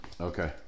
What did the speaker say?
Okay